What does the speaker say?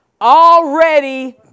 Already